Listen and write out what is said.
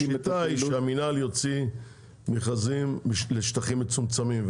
השיטה היא שהמנהל יוציא מכרזים לשטחים מצומצמים,